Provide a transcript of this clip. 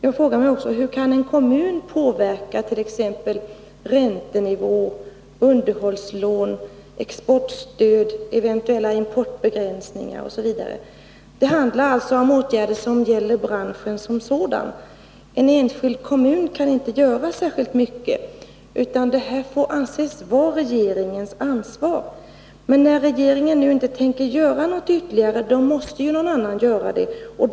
Jag frågar också: Hur kan en kommun påverka t.ex. räntenivå, underhållslån, exportstöd, eventuella importbegränsningar osv.? Det handlar om åtgärder som gäller branschen som sådan. En enskild kommun kan inte göra särskilt mycket, utan detta får anses vara regeringens ansvar. Men när regeringen nu inte tänker göra något ytterligare, måste någon annan ta initiativet.